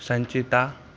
Sanchita